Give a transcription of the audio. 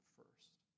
first